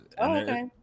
Okay